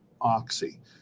Oxy